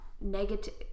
negative